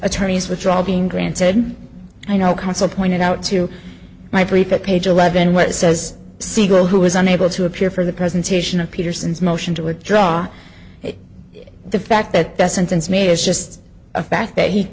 attorney's withdrawal being granted i know counsel pointed out to my belief that page eleven what it says siegel who was unable to appear for the presentation of peterson's motion to withdraw the fact that that sentence may is just a fact that he